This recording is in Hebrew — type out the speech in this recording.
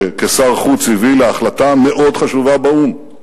שכשר החוץ הביא להחלטה מאוד חשובה באו"ם,